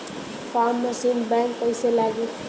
Form machine bank कईसे लागी?